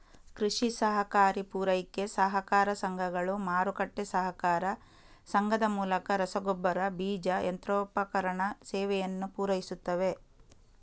ಕೃಷಿ ಸಹಕಾರಿ ಪೂರೈಕೆ ಸಹಕಾರ ಸಂಘಗಳು, ಮಾರುಕಟ್ಟೆ ಸಹಕಾರ ಸಂಘದ ಮೂಲಕ ರಸಗೊಬ್ಬರ, ಬೀಜ, ಯಂತ್ರೋಪಕರಣ ಸೇವೆಯನ್ನು ಪೂರೈಸುತ್ತವೆ